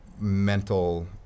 mental